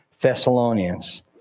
Thessalonians